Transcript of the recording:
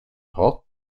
hot